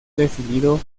definido